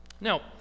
Now